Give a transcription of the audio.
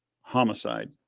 homicide